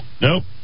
nope